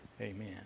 Amen